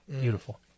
beautiful